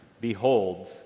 Behold